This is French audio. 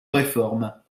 réforme